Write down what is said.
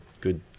good